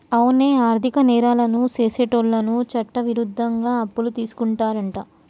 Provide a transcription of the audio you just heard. అవునే ఆర్థిక నేరాలను సెసేటోళ్ళను చట్టవిరుద్ధంగా అప్పులు తీసుకుంటారంట